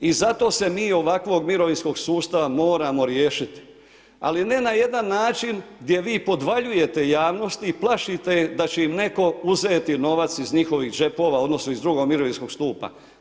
I zato se mi ovakvog mirovinskog sustava moramo riješiti, ali na jedan način gdje podvaljujete javnosti i plašite je da će im netko uzeti novac iz njihovih džepova odnosno iz drugog mirovinskog stupa.